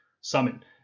summon